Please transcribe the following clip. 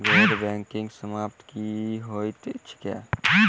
गैर बैंकिंग संपति की होइत छैक?